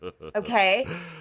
Okay